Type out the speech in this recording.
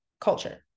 culture